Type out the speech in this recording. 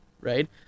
right